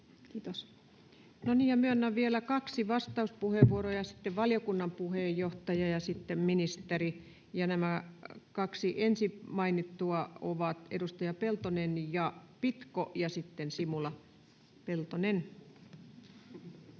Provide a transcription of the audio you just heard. niin. — Myönnän vielä kaksi vastauspuheenvuoroa, sitten valiokunnan puheenjohtaja ja sitten ministeri. Ja nämä kaksi ensin mainittua ovat edustajat Peltonen ja Pitko, ja sitten Simula. — Peltonen.